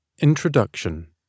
Introduction